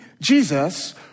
Jesus